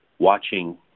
watching